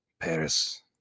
Paris